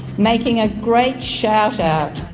making a great shout-out.